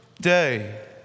day